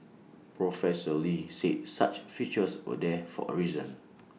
professor lee said such features were there for A reason